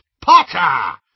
Potter